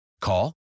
Call